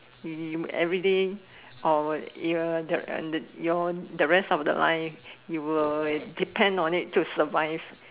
you you everyday or you're the the you're the rest of your life you will depend on it to survive